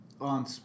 on